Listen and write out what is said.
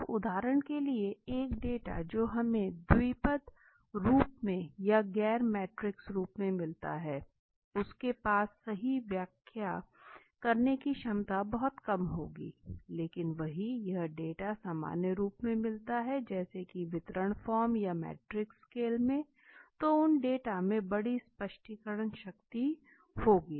अब उदाहरण के लिए एक डेटा जो हमें द्विपद रूप में या गैर मैट्रिक्स रूप में मिलता है उसके पास सही व्याख्या करने की क्षमता बहुत कम होगी लेकिन वही यह डाटा सामान्य रूप से मिलता है जैसे की वितरण फॉर्म या मैट्रिक्स स्केल में तो उन डेटा में बड़ी स्पष्टीकरण शक्ति होती